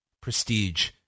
prestige